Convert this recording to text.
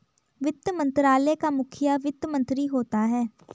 वित्त मंत्रालय का मुखिया वित्त मंत्री होता है